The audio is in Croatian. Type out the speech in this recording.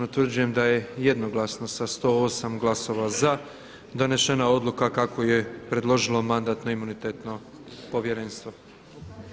Utvrđujem da je jednoglasno sa 108 glasova za donešena odluka kako je predložilo Mandatno-imunitetno povjerenstvo.